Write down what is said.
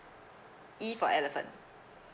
E for elephant